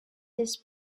his